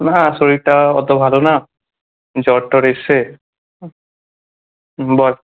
নাহ্ শরীরটা অত ভালো না জ্বর টর এসেছে বল